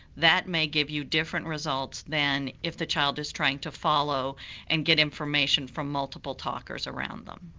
that may give you different results than if the child is trying to follow and get information from multiple talkers around them.